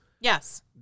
Yes